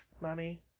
Money